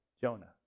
Jonah